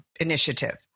initiative